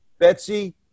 Betsy